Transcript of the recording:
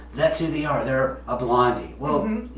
that's who they are, they're a blondie. well,